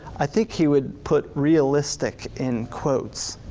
i think he would put realistic in quotes,